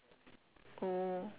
ya there's a air con on